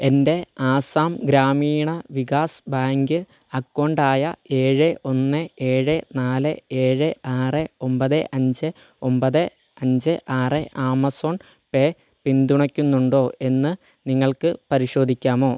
എൻ്റെ Assam Gramin Vikas Bank account ആയ ഏഴ് ഒന്ന് ഏഴ് നാല് ഏഴ് ആറ് ഒമ്പത് അഞ്ച് ഒമ്പത് അഞ്ച് ആറ് ആമസോൺ പേ പിന്തുണയ്ക്കുന്നുണ്ടോ എന്ന് നിങ്ങൾക്ക് പരിശോധിക്കാമോ